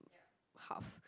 hal